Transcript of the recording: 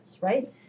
right